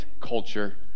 culture